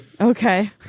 Okay